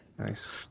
Nice